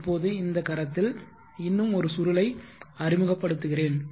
இப்போது இந்த கரத்தில் இன்னும் ஒரு சுருளை அறிமுகப்படுத்துகிறேன்